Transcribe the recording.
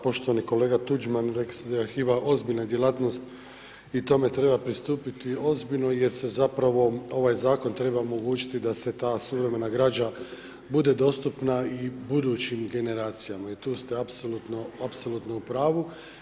Poštovani kolega Tuđman, rekli ste da je arhiva ozbiljna djelatnost i tome treba pristupiti ozbiljno jer se zapravo ovaj zakon treba omogućiti da se ta suvremena građa bude dostupna i budućim generacijama i tu se apsolutno u pravu.